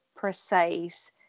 precise